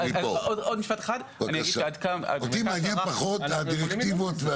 אותי מעניין פחות הדירקטיבות.